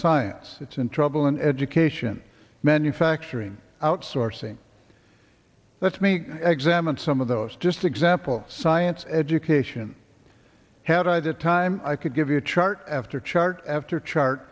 science it's in trouble in education manufacturing outsourcing let me examine some of those just example science education had i the time i could give you a chart after chart after chart